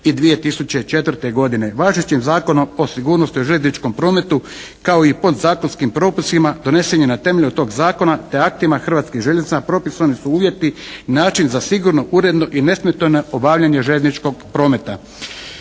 i 2004. godine. Važećim Zakonom o sigurnosti u željezničkom prometu kao i podzakonskim propisima donesen je na temelju tog Zakona te aktima Hrvatskih željeznica propisani su uvjeti, način za sigurno, uredno i nesmetano obavljanje željezničkog prometa.